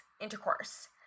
intercourse